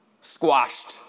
squashed